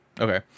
okay